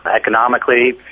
Economically